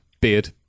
Beard